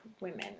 women